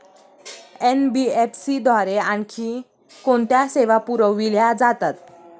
NBFC द्वारे आणखी कोणत्या सेवा पुरविल्या जातात?